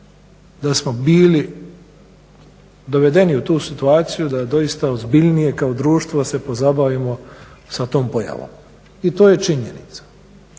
da smo bili dovedeni u tu situaciju da doista ozbiljnije kao društvo se pozabavimo sa tom pojavom i to je činjenica.